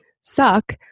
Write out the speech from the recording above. suck